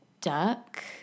Duck